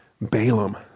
Balaam